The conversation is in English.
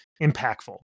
impactful